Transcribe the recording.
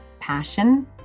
passion